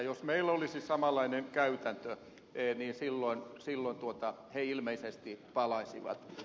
jos meillä olisi samanlainen käytäntö niin silloin he ilmeisesti palaisivat